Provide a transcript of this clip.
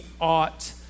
ought